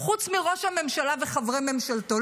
חוץ מראש הממשלה וחברי ממשלתו,